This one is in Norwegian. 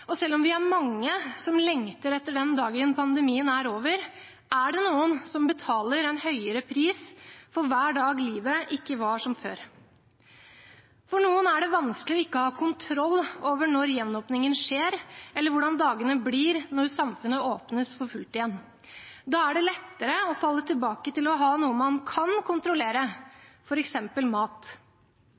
og selv om vi er mange som lengter etter den dagen pandemien er over, er det noen som betaler en høyere pris for hver dag livet ikke var som før. For noen er det vanskelig ikke å ha kontroll over når gjenåpningen skjer, eller hvordan dagene blir når samfunnet åpnes for fullt igjen. Da er det lettere å falle tilbake til å ha noe man kan kontrollere, f.eks. mat.